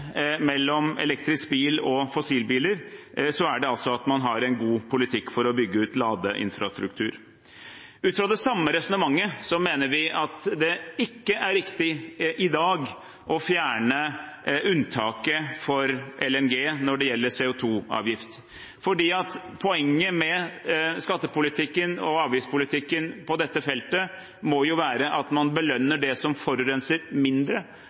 mellom elektrisk bil og fossilbiler, gjelder det altså at man har en god politikk for å bygge ut ladeinfrastruktur. Ut fra det samme resonnementet mener vi at det ikke er riktig i dag å fjerne unntaket for LNG når det gjelder CO 2 -avgift. Poenget med skatte- og avgiftspolitikken på dette feltet må være at man belønner det som forurenser mindre,